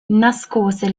nascose